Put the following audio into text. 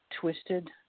twisted